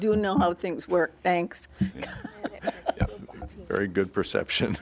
do know how things work thanks very good perception